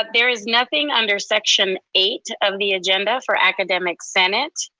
ah there is nothing under section eight of the agenda for academic senate.